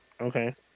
Okay